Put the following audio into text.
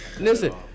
Listen